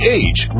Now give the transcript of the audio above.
age